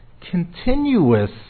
continuous